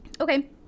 Okay